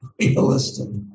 realistic